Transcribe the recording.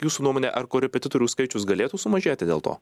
jūsų nuomone ar korepetitorių skaičius galėtų sumažėti dėl to